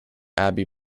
abbey